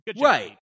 Right